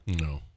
No